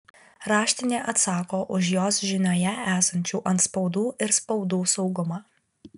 raštinė atsako už jos žinioje esančių antspaudų ir spaudų saugumą